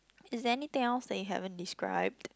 is there anything else that we haven't described